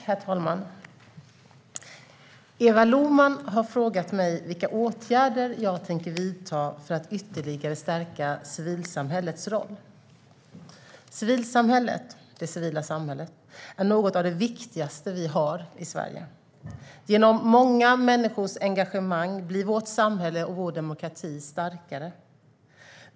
Herr talman! Eva Lohman har frågat mig vilka åtgärder jag tänker vidta för att ytterligare stärka civilsamhällets roll. Civilsamhället är något av det viktigaste vi har i Sverige. Genom många människors engagemang blir vårt samhälle och vår demokrati starkare.